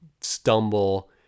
stumble